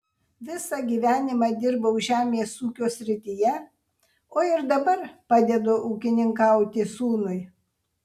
visą gyvenimą dirbau žemės ūkio srityje o ir dabar padedu ūkininkauti sūnui